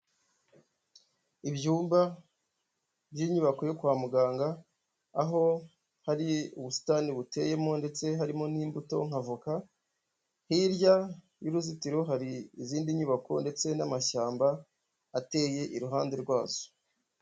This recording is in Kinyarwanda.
Ibyumba by'inyubako yo kwa muganga, aho hari ubusitani buteyemo ndetse harimo n'imbuto nk'avoka, hirya y'uruzitiro hari izindi nyubako ndetse n'amashyamba ateye iruhande rwazo.